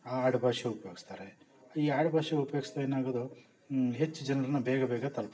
ಆ ಆಡುಭಾಷೆ ಉಪಯೋಗ್ಸ್ತಾರೆ ಈ ಆಡುಭಾಷೆ ಉಪ್ಯೋಗ್ಸ್ದ್ರೆ ಏನಾಗೋದು ಹೆಚ್ಚು ಜನರನ್ನ ಬೇಗ ಬೇಗ ತಲುಪತ್ತೆ